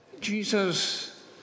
Jesus